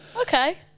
Okay